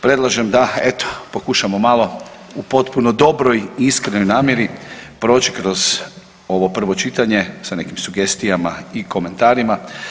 Predlažem da eto pokušamo malo u potpuno dobroj iskrenoj namjeri proć kroz ovo prvo čitanje sa nekim sugestijama i komentarima.